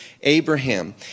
Abraham